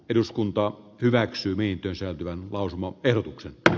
eduskunta hyväksyy niin pysähtyvän valtimo erotuksetta